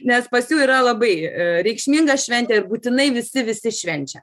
nes pas jų yra labai reikšminga šventė ir būtinai visi visi švenčia